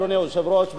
אדוני היושב-ראש,